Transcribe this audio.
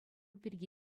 пирки